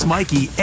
Mikey